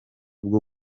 bwo